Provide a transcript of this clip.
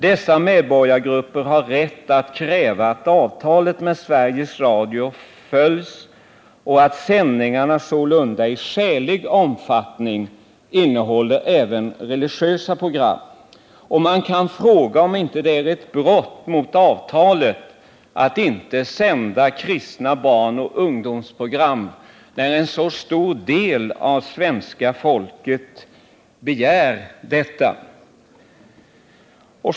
Dessa medborgargrupper har rätt att kräva att avtal med Sveriges Radio följs och att sändningarna sålunda i skälig omfattning innehåller även religiösa program. Man kan fråga sig om det inte är brott mot avtalet att inte sända kristna barnoch ungdomsprogram, då en så stor del av det svenska folket begär detta.